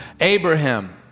Abraham